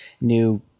new